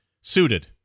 suited